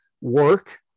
work